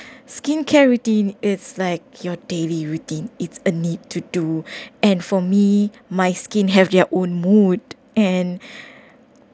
skincare routine it's like your daily routine it's a need to do and for me my skin have their own mood and